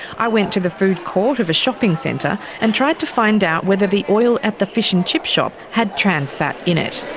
i went to the food court of a shopping centre and tried to find out whether the oil at the fish n and chip shop had trans fat in it.